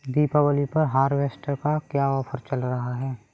दीपावली पर हार्वेस्टर पर क्या ऑफर चल रहा है?